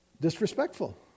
disrespectful